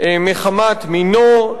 מחמת מינו,